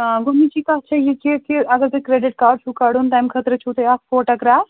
آ گۄڈنِچی کَتھ چھےٚ یہِ چیٖز کہِ اگر تُہۍ کرٛیٚڈِٹ کارڈ چھُو کَڈُن تَمہِ خٲطرٕ چھُو تۄہہِ اَکھ فوٹوٗگرٛاف